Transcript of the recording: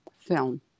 film